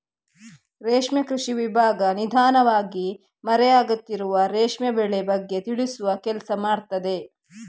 ರೇಷ್ಮೆ ಕೃಷಿ ವಿಭಾಗ ನಿಧಾನವಾಗಿ ಮರೆ ಆಗುತ್ತಿರುವ ರೇಷ್ಮೆ ಬೆಳೆ ಬಗ್ಗೆ ತಿಳಿಸುವ ಕೆಲ್ಸ ಮಾಡ್ತಿದೆ